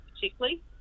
particularly